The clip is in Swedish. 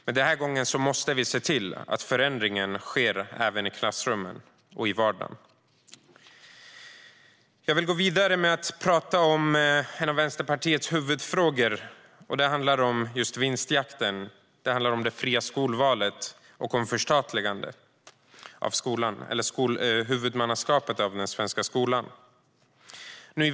Men den här gången måste vi se till att förändringen sker även i klassrummen och i vardagen. Jag vill gå vidare och tala om en av Vänsterpartiets huvudfrågor. Det handlar om vinstjakten, det fria skolvalet och huvudmannaskapet för den svenska skolan.